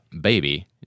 Baby